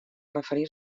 referir